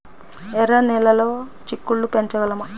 ఎర్ర నెలలో చిక్కుళ్ళు పెంచగలమా?